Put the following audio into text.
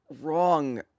wrong